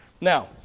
Now